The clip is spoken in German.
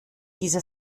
dieser